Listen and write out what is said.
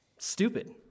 Stupid